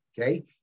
Okay